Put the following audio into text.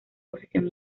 posición